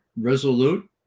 resolute